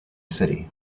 city